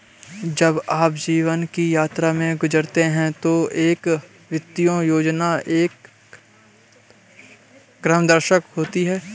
जब आप जीवन की यात्रा से गुजरते हैं तो एक वित्तीय योजना एक मार्गदर्शन होती है